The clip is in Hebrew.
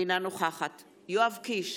אינה נוכחת יואב קיש,